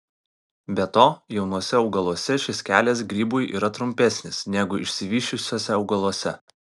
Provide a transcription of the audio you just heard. be to jaunuose augaluose šis kelias grybui yra trumpesnis negu išsivysčiusiuose augaluose